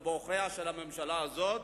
זה בעוכריה של הממשלה הזאת.